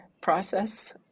process